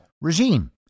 regime